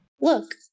look